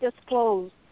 disclosed